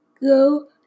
go